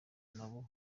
n’abo